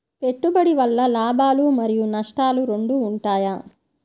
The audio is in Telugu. పెట్టుబడి వల్ల లాభాలు మరియు నష్టాలు రెండు ఉంటాయా?